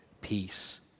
peace